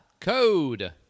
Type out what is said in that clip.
code